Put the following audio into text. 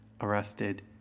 arrested